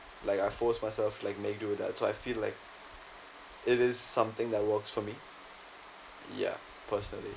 like I force myself like make do that's why I feel like it is something that works for me yeah personally